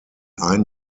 ein